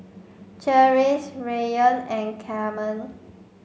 Cherise Raymond and Carmen